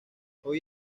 hoy